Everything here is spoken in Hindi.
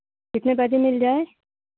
कितने बजे मिल जाएं